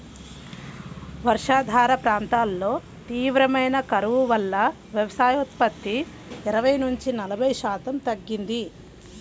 వర్షాధార ప్రాంతాల్లో తీవ్రమైన కరువు వల్ల వ్యవసాయోత్పత్తి ఇరవై నుంచి నలభై శాతం తగ్గింది